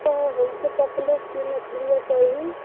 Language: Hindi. तो हमको पपलेट की मछलियाँ चाहिए